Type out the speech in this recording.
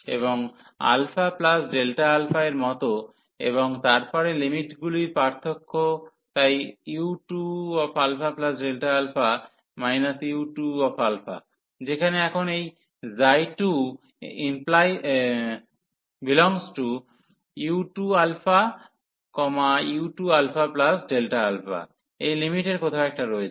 এবং α এর মত এবং তারপরে লিমিটগুলির পার্থক্য তাই u2α u2α যেখানে এখন এই ξ2u2u2α এই লিমিটের কোথাও একটা রয়েছে